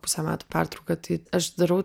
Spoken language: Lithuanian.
pusę metų pertrauką tai aš darau